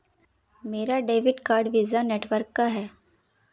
मेरा debit card Visa network का है